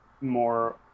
more